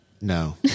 No